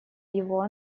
его